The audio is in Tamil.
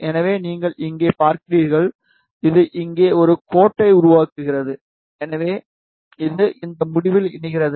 எனவே நீங்கள் இங்கே பார்க்கிறீர்கள் இது இங்கே ஒரு கோட்டை உருவாக்குகிறது எனவே இது இந்த முடிவில் இணைகிறது